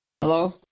Hello